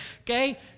Okay